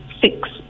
six